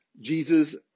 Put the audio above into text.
Jesus